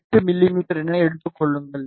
8 மிமீ என எடுத்துக் கொள்ளுங்கள்